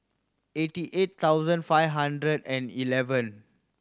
eighty eight thousand five hundred and eleven